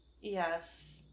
yes